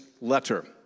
letter